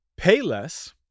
Payless